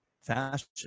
fashion